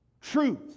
truth